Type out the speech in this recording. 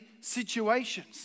situations